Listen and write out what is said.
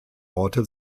orte